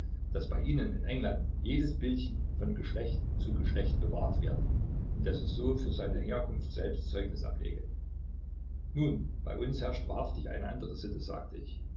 daß bei ihnen in england jedes bildchen von geschlecht zu geschlecht bewahrt werde und daß es so für seine herkunft selbst zeugnis ablege nun bei uns herrscht wahrhaftig eine andere sitte sagte ich